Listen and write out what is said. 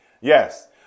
Yes